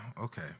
okay